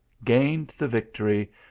gained the victory,